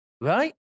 right